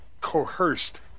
coerced